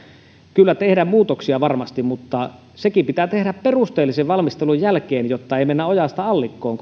kyllä tehdä muutoksia varmasti mutta nekin pitää tehdä perusteellisen valmistelun jälkeen jotta ei mennä ojasta allikkoon